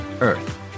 earth